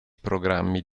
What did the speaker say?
programmi